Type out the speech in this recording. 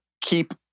keep